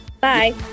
Bye